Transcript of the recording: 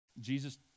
Jesus